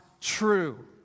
true